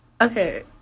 Okay